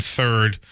third